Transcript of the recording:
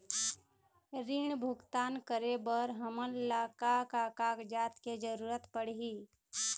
ऋण भुगतान करे बर हमन ला का का कागजात के जरूरत पड़ही?